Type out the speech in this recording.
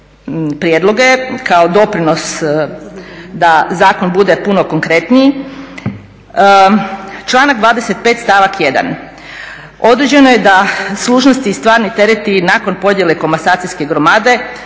prijedloge kao doprinos da zakon bude puno konkretniji, članak 25. stavak 1. određeno je da služnosti i stvarni tereti nakon podjele komasacijske gromade